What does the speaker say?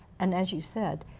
and as you said,